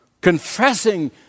confessing